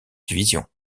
division